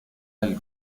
del